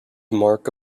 mark